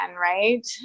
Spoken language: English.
right